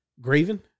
Graven